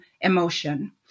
emotion